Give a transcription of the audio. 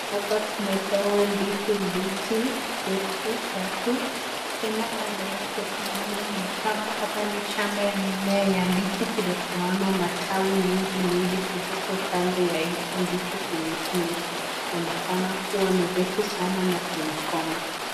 Hapa tumepewa ndizi refu tatu, Tena kando yake ni kama shamba ya mimea ya ndizi vile tunaona matawi mingi sana zilizokando ya ndizi Hizi zimeonakana kando kuwa ni refu sanaa na zimekomaa